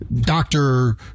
doctor